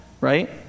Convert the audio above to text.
right